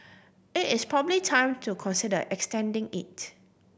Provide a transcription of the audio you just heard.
it is probably time to consider extending it